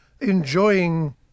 enjoying